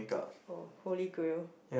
oh holy grail